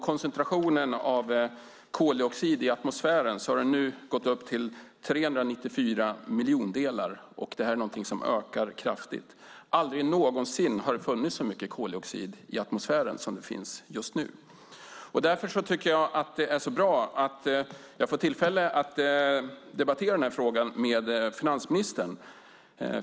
Koncentrationen av koldioxid i atmosfären har gått upp till 394 miljondelar. Det är något som ökar kraftigt. Aldrig någonsin har det funnits så mycket koldioxid i atmosfären som just nu. Därför är det bra att jag har fått tillfälle att debattera frågan med finansministern.